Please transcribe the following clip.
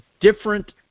different